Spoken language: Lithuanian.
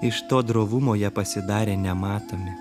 iš to drovumo jie pasidarė nematomi